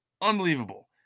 unbelievable